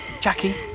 Jackie